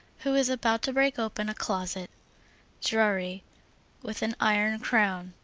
who is about to break open a closet drury with an iron crown.